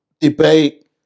debate